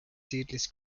seedless